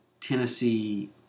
Tennessee